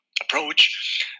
approach